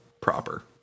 proper